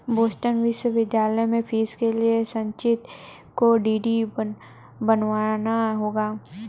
Boston विश्वविद्यालय में fees के लिए संचित को डी.डी बनवाना होगा